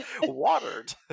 watered